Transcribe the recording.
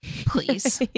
please